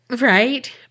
Right